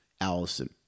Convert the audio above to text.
Allison